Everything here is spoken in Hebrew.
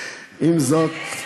עם זאת,